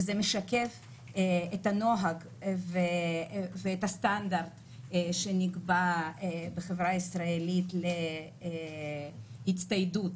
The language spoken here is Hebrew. זה משקף את הנוהג ואת הסטנדרט שנקבע בחברה הישראלית להצטיידות,